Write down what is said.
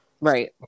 Right